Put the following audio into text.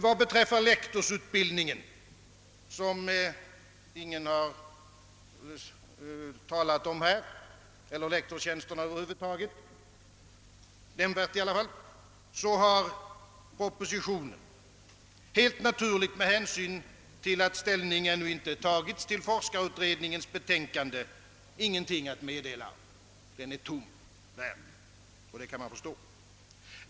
Vad beträffar lektorsutbildningen och lektorstjänsterna över huvud taget, som ingen nämnvärt har talat om här, har propositionen helt naturligt med hänsyn till att ställning inte har tagits till forskarutredningens betänkande ingenting att meddela, och det kan man förstå.